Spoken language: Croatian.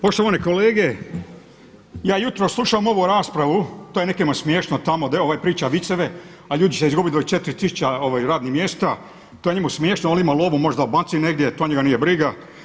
Poštovani kolege ja jutros slušam ovu raspravu, to je nekima smiješno tamo gdje ovaj priča viceve a ljudi će izgubiti 24 tisuće radnih mjesta, to je njemu smiješno ali ima lovu možda baci negdje, to njega nije briga.